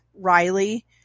Riley